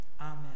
Amen